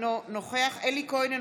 אינו נוכח אלי כהן,